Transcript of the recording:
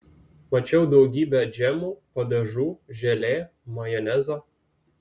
mačiau daugybę džemų padažų želė majonezo